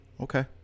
Okay